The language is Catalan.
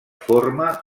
forma